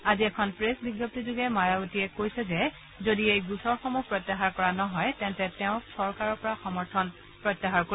আজি এখন প্লেছ বিজ্ঞপ্তিযোগে মায়াৱতীয়ে কৈছে যে যদি এই গোচৰসমূহ প্ৰত্যাহাৰ কৰা নহয় তেন্তে তেওঁক চৰকাৰৰ পৰা সমৰ্থন প্ৰত্যাহাৰ কৰিব